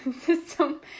system